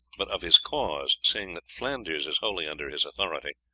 but of his cause, seeing that flanders is wholly under his authority,